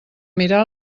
mirar